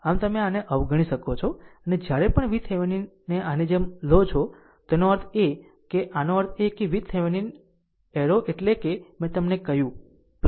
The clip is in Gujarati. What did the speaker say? આમ તમે આને અવગણી શકો છો અને જ્યારે પણ VThevenin ને આની જેમ લો તેનો અર્થ એ કે આનો અર્થ એ કે VThevenin એરો એટલે કે મેં તમને કહ્યું